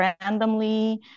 randomly